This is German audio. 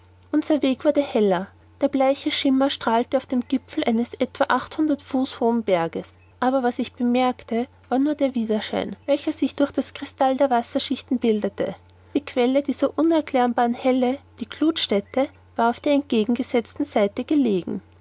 weg wurde immer heller der bleiche schimmer strahlte auf dem gipfel eines etwa achthundert fuß hohen berges aber was ich bemerkte war nur der widerschein welcher sich durch das krystall der wasserschichten bildete die quelle dieser unerklärbaren helle die gluthstätte war auf der entgegengesetzten seite gelegen